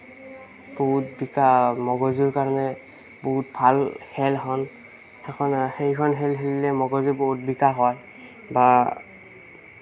বহুত বিকামগজুৰ কাৰণে বহুত ভাল খেল এখন সেইখন খেল খেলিলে মগজুৰ বহুত বিকাশ হয় বা